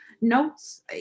notes